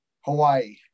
Hawaii